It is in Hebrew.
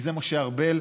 כי זה משה ארבל.